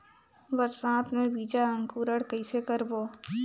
बरसात मे बीजा अंकुरण कइसे करबो?